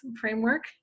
framework